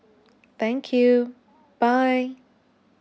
thank you bye